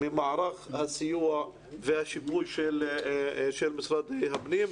ממערך הסיוע והשיפוי של משרד הפנים.